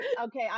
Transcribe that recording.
Okay